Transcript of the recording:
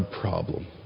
problem